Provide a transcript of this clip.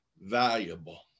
valuable